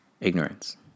Ignorance